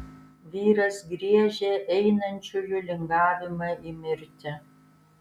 vyras griežia einančiųjų lingavimą į mirtį